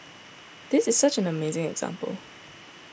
this is such an amazing example